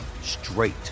straight